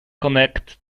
connect